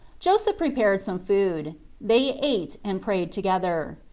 joseph prepared some food they ate and prayed together.